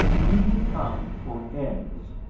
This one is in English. he had come for eggs,